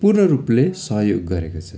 पूर्ण रूपले सहयोग गरेको छ